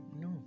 no